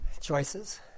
choices